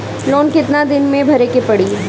Loan कितना दिन मे भरे के पड़ी?